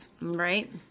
right